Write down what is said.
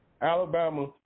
Alabama